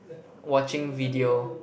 watching video